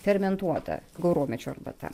fermentuota gauromečio arbata